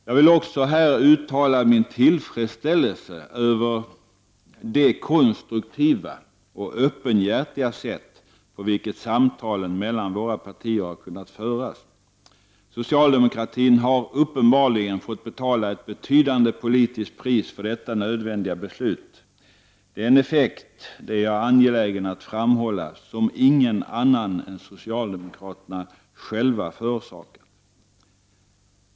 Jag vill också här uttala min tillfredsställelse över det konstruktiva och öppenhjärtiga sätt på vilket samtalen mellan våra partier har kunnat föras. Socialdemokratin har uppenbarligen fått betala ett betydande politiskt pris för detta nödvändiga beslut. Det är en effekt, det är jag angelägen att framhålla, som ingen annan än socialdemokraterna själva förorsakat.